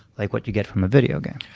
like what you get from a video game.